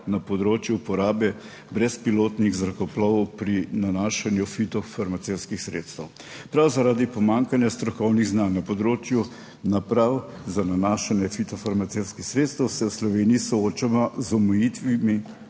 na področju uporabe brezpilotnih zrakoplovov pri nanašanju fitofarmacevtskih sredstev. Prav zaradi pomanjkanja strokovnih znanj na področju naprav za nanašanje fitofarmacevtskih sredstev se v Sloveniji soočamo z omejitvami